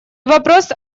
вопрос